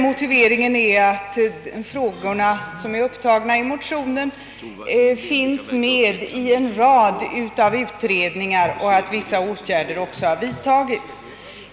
Motiveringen är den, att de frågor som tas upp i motionerna behandlas av en rad utredningar och att vissa åtgärder redan vidtagits.